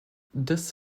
this